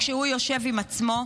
כשהוא יושב עם עצמו,